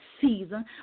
season